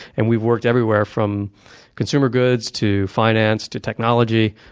and we've worked everywhere from consumer goods to finance to technology.